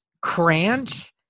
cranch